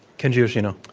kenji yoshino.